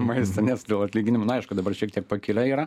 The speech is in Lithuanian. maistą nes atlyginimai aišku dabar šiek tiek pakilę yra